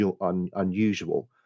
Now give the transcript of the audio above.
unusual